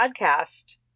podcast